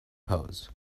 pose